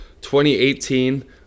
2018